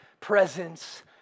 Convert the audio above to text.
presence